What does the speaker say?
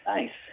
Nice